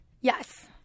yes